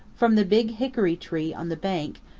from the big hickory-tree on the bank,